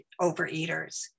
overeaters